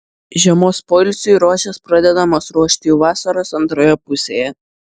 žiemos poilsiui rožės pradedamos ruošti jau vasaros antroje pusėje